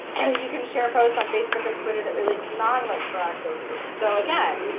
you can share posts on facebook and twitter that relate to non-electoral activities, and so, again,